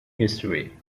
history